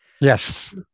yes